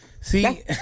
See